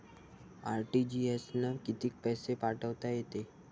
RTGS न कितीक पैसे पाठवता येते?